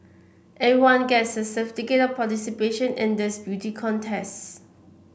everyone gets a certificate of participation in this beauty contest